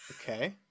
Okay